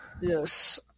Yes